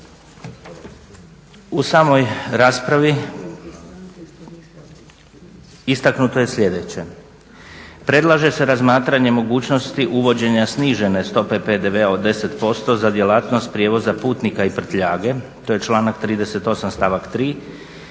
U samoj raspravi istaknuto je sljedeće: predlaže se razmatranje mogućnosti uvođenja snižene stope PDV-a od 10% za djelatnost prijevoza putnika i prtljage. To je članka 38.stavak 3.